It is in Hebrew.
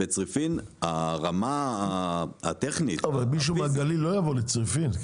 בצריפין הרמה הטכנית --- אבל מישהו מהגליל לא יבוא לצריפין.